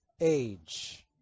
age